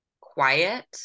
quiet